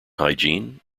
hygiene